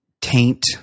Taint